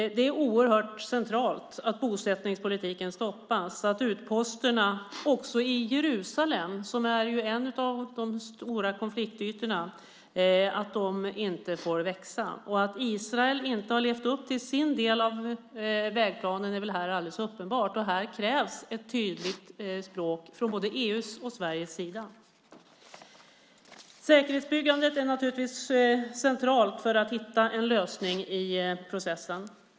Det är oerhört centralt att bosättningspolitiken stoppas och att utposterna, också i Jerusalem, som är en av de stora konfliktytorna, inte får växa. Att Israel inte har levt upp till sin del av vägplanen är alldeles uppenbart. Här krävs ett tydligt språk från både EU:s och Sveriges sida. Säkerhetsbyggandet är naturligtvis centralt för att man ska hitta en lösning i processen.